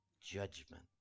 judgment